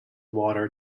water